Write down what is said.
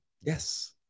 Yes